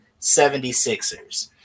76ers